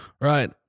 Right